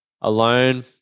alone